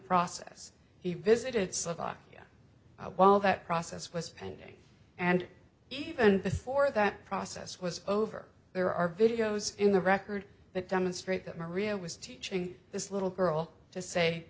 process he visited slovakia while that process was pending and even before that process was over there are videos in the record that demonstrate that maria was teaching this little girl to say